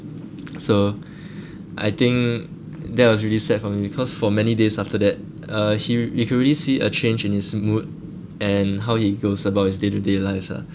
so I think that was really sad for me because for many days after that uh he you could really see a change in his mood and how he goes about his day to day life lah